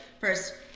first